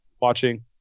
watching